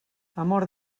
amor